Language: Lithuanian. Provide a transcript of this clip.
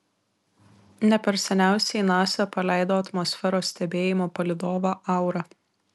ne per seniausiai nasa paleido atmosferos stebėjimo palydovą aura